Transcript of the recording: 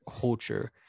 culture